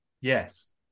Yes